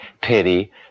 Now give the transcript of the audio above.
pity